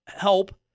help